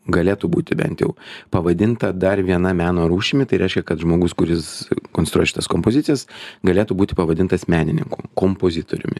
galėtų būti bent jau pavadinta dar viena meno rūšimi tai reiškia kad žmogus kuris konstruoja šitas kompozicijas galėtų būti pavadintas menininku kompozitoriumi